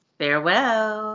farewell